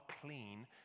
clean